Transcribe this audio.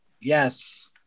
yes